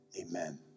amen